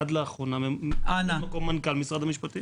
עד לאחרונה- -- ממלא מקום מנכ"ל משרד המשפטים